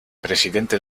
presidente